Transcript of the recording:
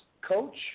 coach